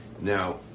Now